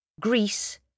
Greece